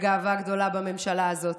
בגאווה גדולה בממשלה הזאת.